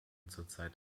zurzeit